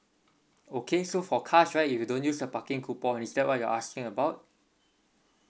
okay so for cars right if you don't use the parking coupon is that what you're asking about